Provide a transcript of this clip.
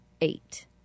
eight